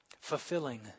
Fulfilling